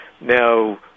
now